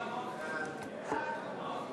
התשע"ד 2014, נתקבל.